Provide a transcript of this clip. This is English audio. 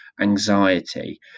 anxiety